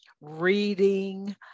Reading